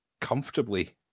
comfortably